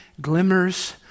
glimmers